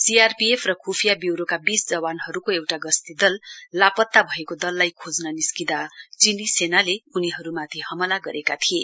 CRPF र ख्रफिया ब्यूरोका बीस जवानहरूका एउटा गश्ती दल लापता भएको दललाई खोज्न निस्कँदा चीनी सेनाले उनीहरूमाथि हमला गरेका थिए